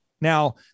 Now